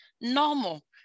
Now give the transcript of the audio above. normal